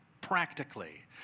practically